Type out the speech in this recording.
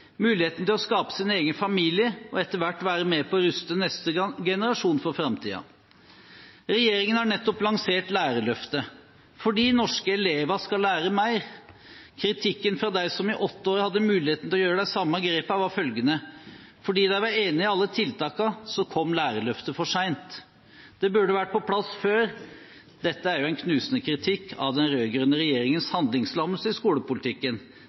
muligheten til å gjøre de samme grepene, var følgende: Fordi de var enige i alle tiltakene, kom Lærerløftet for sent. Det burde vært på plass før. Dette er en knusende kritikk av den rød-grønne regjeringens handlingslammelse i skolepolitikken